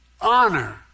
honor